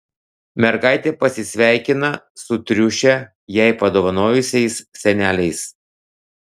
mergaitė pasisveikina su triušę jai padovanojusiais seneliais